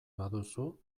baduzu